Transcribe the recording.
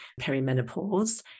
perimenopause